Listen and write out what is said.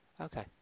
Okay